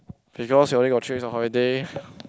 because you only got three weeks of holiday